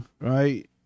right